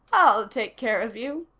i'll take care of you.